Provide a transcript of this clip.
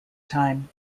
time